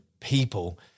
people